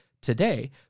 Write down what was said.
today